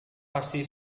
pasti